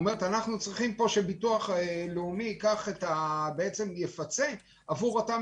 אנחנו צריכים שהביטוח הלאומי יפצה עבור אותם